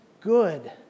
good